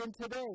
today